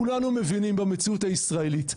כולנו מבינים במציאות הישראלית,